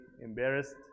embarrassed